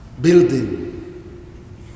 building